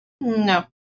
No